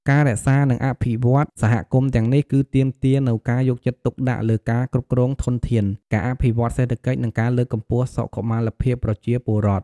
ការរក្សា និងអភិវឌ្ឍន៍សហគមន៍ទាំងនេះ គឺទាមទារនូវការយកចិត្តទុកដាក់លើការគ្រប់គ្រងធនធាន ការអភិវឌ្ឍន៍សេដ្ឋកិច្ច និងការលើកកម្ពស់សុខុមាលភាពប្រជាពលរដ្ឋ។